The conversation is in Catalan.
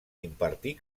impartir